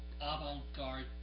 avant-garde